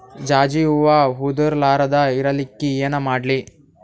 ಜಾಜಿ ಹೂವ ಉದರ್ ಲಾರದ ಇರಲಿಕ್ಕಿ ಏನ ಮಾಡ್ಲಿ?